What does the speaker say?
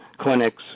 clinics